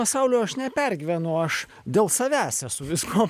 pasaulio aš nepergyvenu aš dėl savęs esu visko